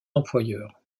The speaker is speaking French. employeur